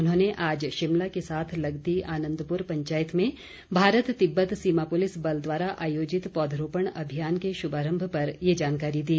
उन्होंने आज शिमला के साथ लगती आनन्दपुर पंचायत में भारत तिब्बत सीमा पुलिस बल द्वारा आयोजित पौधरोपण अभियान के शुभारम्भ पर ये जानकारी दी